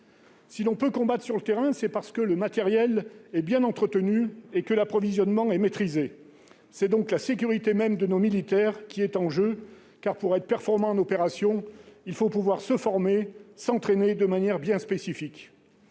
Si l'on peut combattre sur le terrain, c'est parce que le matériel est bien entretenu et que l'approvisionnement est maîtrisé. C'est donc la sécurité même de nos militaires qui est en jeu, car pour être performant en opération il faut pouvoir se former et s'entraîner de manière bien spécifique.